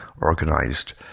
organized